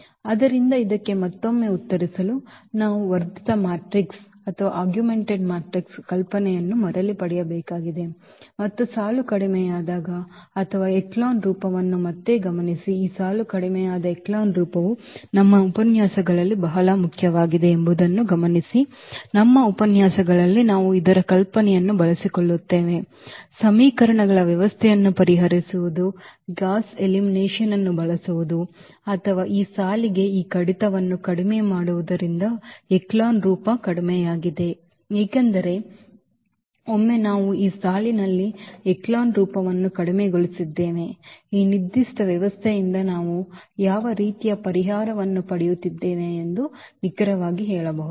ಆದ್ದರಿಂದ ಇದಕ್ಕೆ ಮತ್ತೊಮ್ಮೆ ಉತ್ತರಿಸಲು ನಾವು ವರ್ಧಿತ ಮ್ಯಾಟ್ರಿಕ್ಸ್ನ ಕಲ್ಪನೆಯನ್ನು ಮರಳಿ ಪಡೆಯಬೇಕಾಗಿದೆ ಮತ್ತು ಸಾಲು ಕಡಿಮೆಯಾಗಿದೆ ಅಥವಾ ಎಚೆಲಾನ್ ರೂಪವನ್ನು ಮತ್ತೆ ಗಮನಿಸಿ ಈ ಸಾಲು ಕಡಿಮೆಯಾದ ಎಚೆಲಾನ್ ರೂಪವು ನಮ್ಮ ಉಪನ್ಯಾಸಗಳಲ್ಲಿ ಬಹಳ ಮುಖ್ಯವಾಗಿದೆ ಎಂಬುದನ್ನು ಗಮನಿಸಿ ನಮ್ಮ ಉಪನ್ಯಾಸಗಳಲ್ಲಿ ನಾವು ಇದರ ಕಲ್ಪನೆಯನ್ನು ಬಳಸಿಕೊಳ್ಳುತ್ತೇವೆ ಸಮೀಕರಣಗಳ ವ್ಯವಸ್ಥೆಯನ್ನು ಪರಿಹರಿಸುವುದು ಗಾಸ್ ಎಲಿಮಿನೇಷನ್ ಅನ್ನು ಬಳಸುವುದು ಅಥವಾ ಈ ಸಾಲಿಗೆ ಈ ಕಡಿತವನ್ನು ಕಡಿಮೆ ಮಾಡುವುದರಿಂದ ಎಚೆಲಾನ್ ರೂಪ ಕಡಿಮೆಯಾಗಿದೆ ಏಕೆಂದರೆ ಒಮ್ಮೆ ನಾವು ಈ ಸಾಲಿನಲ್ಲಿ ಎಚೆಲಾನ್ ರೂಪವನ್ನು ಕಡಿಮೆಗೊಳಿಸಿದ್ದೇವೆ ಈ ನಿರ್ದಿಷ್ಟ ವ್ಯವಸ್ಥೆಯಿಂದ ನಾವು ಯಾವ ರೀತಿಯ ಪರಿಹಾರವನ್ನು ಪಡೆಯುತ್ತಿದ್ದೇವೆ ಎಂದು ನಿಖರವಾಗಿ ಹೇಳಬಹುದು